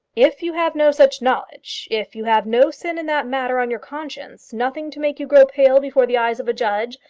if you have no such knowledge, if you have no sin in that matter on your conscience, nothing to make you grow pale before the eyes of a judge,